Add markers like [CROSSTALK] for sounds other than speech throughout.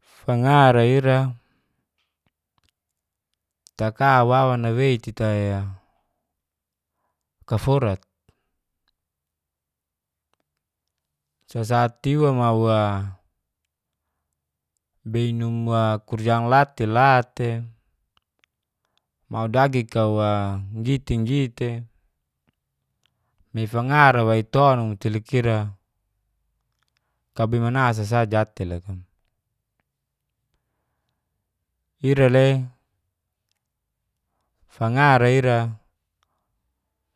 [HESITATION] fangara ira takawawa nawei titai'a kaforat. Sasaat tiwa mau'a beinum'a kurjaan lat'te la tei, mau dagi kau'a gitinggi'te nai fangara waitonugu'te loka ira, kabimana sasa jat'te loka. Ira'le fangara ira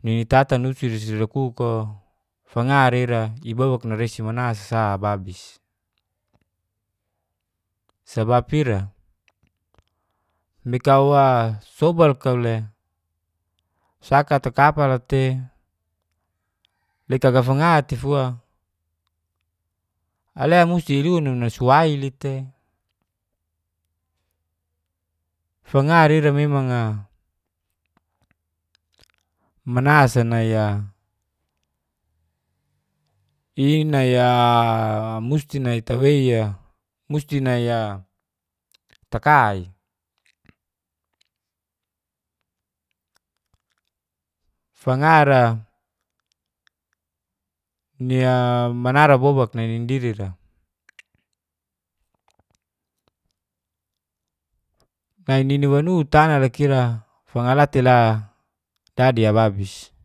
ninitata [UNINTELLIGIBLE] fangara ira ibobak naresi manasasa babis. Sabab ira mikau'a sobal kau'le sakata kapala'te lekaga fanga tifua, alea musti iluna nasuaili'te. fangara ira memang'a [HESITATION] manasa nai'a [HESITATION] nai'a musti nai tawei'a musti nai'a [HESITATION] taka'i. Fangara [HESITATION] nai'a manara bobak nai ninidi'ra. Nai niniwanu tana loka ira, fanga latila dadi ababis.